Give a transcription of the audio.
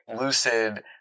lucid